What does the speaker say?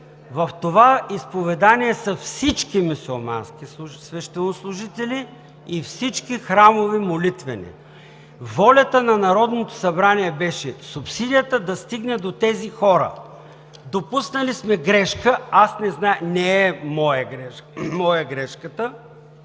В това изповедание са всички мюсюлмански свещенослужители и всички молитвени храмове. Волята на Народното събрание беше субсидията да стигне до тези хора. Допуснали сме грешка. Не е моя грешката,